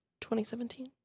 2017